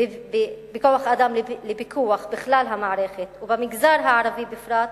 בכוח-אדם לפיקוח בכלל המערכת ובמגזר הערבי בפרט,